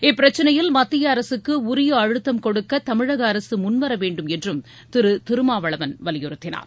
இப்பிரச்னையில் மத்திய அரசுக்கு உரிய அழுத்தம் கொடுக்கதமிழக அரசுமுன்வரவேண்டும் என்றும் திருதிருமாவளவன் வலிபுறுத்தினார்